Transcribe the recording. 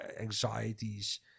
anxieties